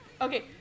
Okay